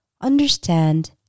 understand